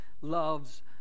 loves